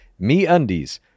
MeUndies